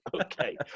okay